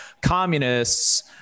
communists